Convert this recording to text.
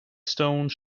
stones